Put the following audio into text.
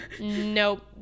nope